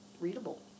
readable